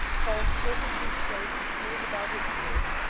combed perfectly straight and smooth about his ears,